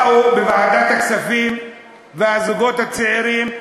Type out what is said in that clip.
באו לוועדת הכספים הזוגות הצעירים,